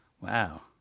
wow